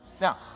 Now